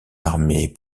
armée